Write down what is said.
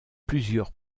plusieurs